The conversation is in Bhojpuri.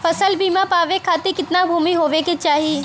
फ़सल बीमा पावे खाती कितना भूमि होवे के चाही?